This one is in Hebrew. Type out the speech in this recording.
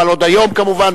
אבל עוד היום כמובן,